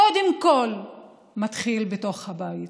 קודם כול מתחיל בתוך הבית,